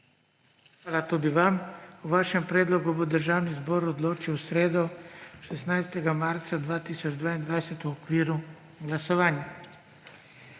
Hvala tudi vam. O vašem predlogu bo Državni zbor odločil v sredo, 16. marca 2022, v okviru glasovanj.